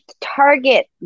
target